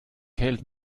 kälte